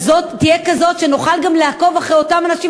תהיה כזאת שנוכל גם לעקוב אחרי אותם אנשים,